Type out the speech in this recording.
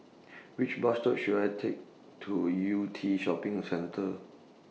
Which Bus to should I Take to Yew Tee Shopping Centre